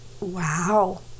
Wow